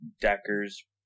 Decker's